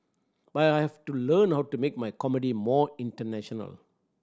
but I have to learn how to make my comedy more international